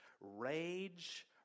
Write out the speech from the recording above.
rage